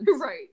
Right